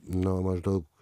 nu maždaug